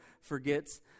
forgets